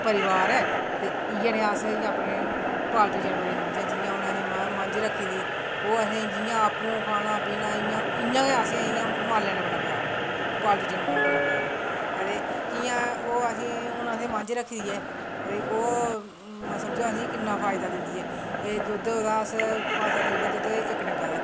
परिवार ऐ इयै नेहा साढ़ा इयां पालतू जानवरें गी रक्खने आं जियां असैं मंझ रक्खी दी जियां असैं अप्पूं काना पीना इयां गै असैं माल्लै नै बड़ा प्यार ऐ पालतू जानवरैं नै बड़ा प्यार ऐ ते जियां हून असैं मंझ रक्खी दी ऐ ते ओह् समझो असेंगी किन्ना फायदा दिंदी ऐ ते दुध्द दा असैं पंज सत्त किलो दुद्द इक डंगे दा